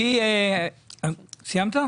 סיימת?